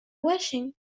washing